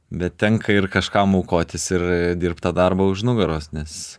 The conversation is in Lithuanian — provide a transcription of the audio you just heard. bet tenka ir kažkam aukotis ir dirbt tą darbą už nugaros nes